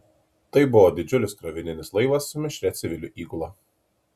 tai buvo didžiulis krovininis laivas su mišria civilių įgula